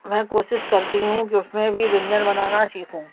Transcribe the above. मैं कोशिश करती हूँ कि उसमें भी व्यंजन बनाना सीखूँ